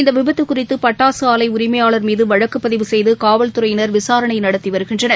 இந்தவிபத்துகுறித்துபட்டாசுஆலைஉரிமையாளர் மீதுவழக்குபதிவு செய்துகாவல்துறையினர் விசாரணைநடத்திவருகின்றனர்